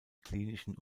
klinischen